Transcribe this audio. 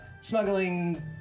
smuggling